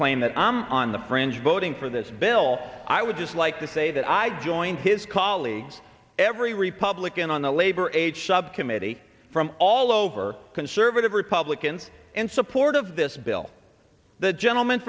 claim that i'm on the fringe voting for this bill i would just like to say that i join his colleagues every republican on the labor age subcommittee from all over conservative republicans in support of this bill the gentleman